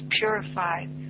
purified